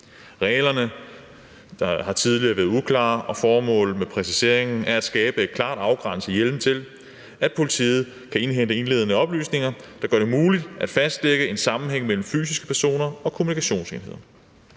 Reglerne, der tidligere har været uklare, og formålet med præciseringen er at skabe en klart afgrænset hjemmel til, at politiet kan indhente indledende oplysninger, der gør det muligt at fastlægge en sammenhæng mellem fysiske personer og kommunikationsenheder.